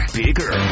bigger